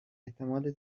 احتمال